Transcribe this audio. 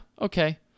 okay